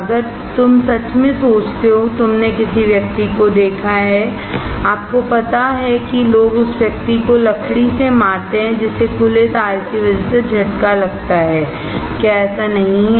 अगर तुम सच में सोचते हो कि तुमने किसी व्यक्ति को देखा है आपको पता है कि लोग उस व्यक्ति को लकड़ी से मारते हैं जिसे खुले तार की वजह से झटका लगता है क्या ऐसा नहीं है